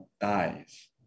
dies